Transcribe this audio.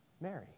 Mary